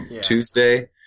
Tuesday